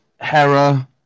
Hera